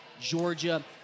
Georgia